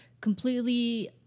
completely